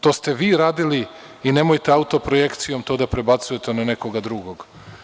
To ste vi radili i nemojte autoprojekcijom to da prebacujete na nekoga drugog.